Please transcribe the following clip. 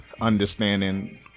understanding